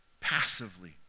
passively